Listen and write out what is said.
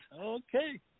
okay